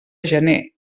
gener